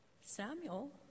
Samuel